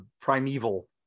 Primeval